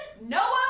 Noah